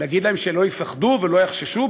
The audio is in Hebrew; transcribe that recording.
להגיד להם שלא יפחדו ולא יחששו?